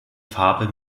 farbe